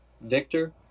Victor